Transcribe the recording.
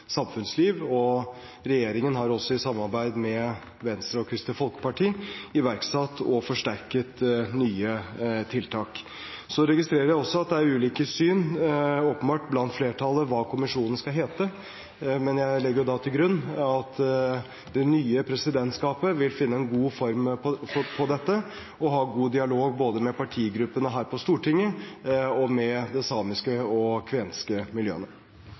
samfunnsliv. Regjeringen har også i samarbeid med Venstre og Kristelig Folkeparti iverksatt og forsterket nye tiltak. Så registrerer jeg også at det er ulike syn, åpenbart, blant flertallet om hva kommisjonen skal hete, men jeg legger til grunn at det nye presidentskapet vil finne en god form på dette, og ha en god dialog både med partigruppene her på Stortinget og med de samiske og kvenske miljøene.